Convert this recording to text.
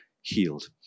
healed